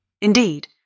Indeed